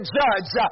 judge